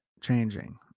changing